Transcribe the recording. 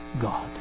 God